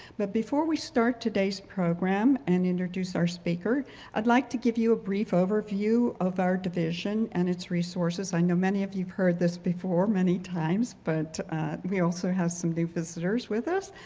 but before we start today's program and introduce our speaker i'd like to give you a brief overview of our division and its resources. i know many of you've heard this before many times, but we also have some visitors with us.